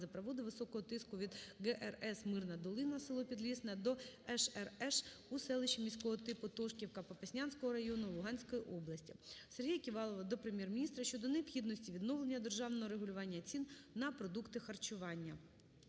газопроводу високого тиску від ГРС "Мирна долина" (село Підлісне) до ШРШ у селища міського типу Тошківка Попаснянського району Луганської області. Сергія Ківалова до Прем'єр-міністра щодо необхідності відновлення державного регулювання цін на продукти харчування.